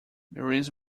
marines